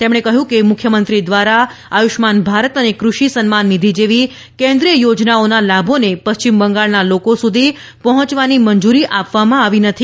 તેમણે કહ્યું કે મુખ્યમંત્રી દ્વારા આયુષ્માન ભારત અને કૃષિ સન્માન નિધિ જેવી કેન્દ્રીય યોજનાઓના લાભોને પશ્ચિમ બંગાળના લોકો સુધી પહોંચવાની મંજૂરી આપવામાં આવી નથી